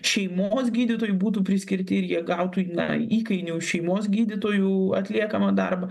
šeimos gydytojui būtų priskirti ir jie gautų na įkainių šeimos gydytojų atliekamą darbą